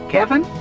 Kevin